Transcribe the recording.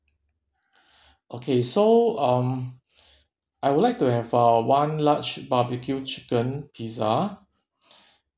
okay so um I would like to have a one large barbecue chicken pizza